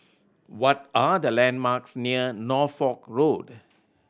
what are the landmarks near Norfolk Road